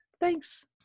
thanks